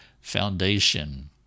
foundation